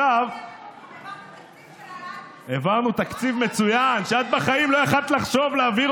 אז להכניס את הרפורמה ביבוא ולהכניס את הרפורמה בחקלאות מחר בבוקר